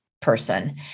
person